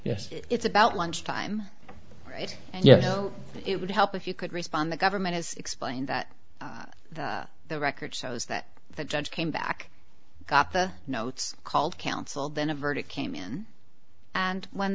yes it's about lunchtime right and yeah it would help if you could respond the government has explained that the record shows that the judge came back got the notes called counsel then a verdict came in and when